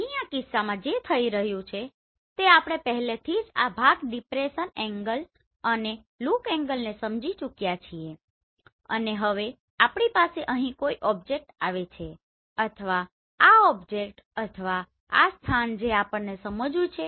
અહીં આ કિસ્સામાં જે થઈ રહ્યું છે તે આપણે પહેલાથી જ આ ભાગ ડીપ્રેસન એન્ગલ અને લૂક એન્ગલને સમજી ચૂક્યા છીએ અને હવે આપણી પાસે અહીં કોઈ ઓબ્જેક્ટ આવે છે અથવા આ ઓબ્જેક્ટ અથવા આ સ્થાન જે આપણને સમજવું છે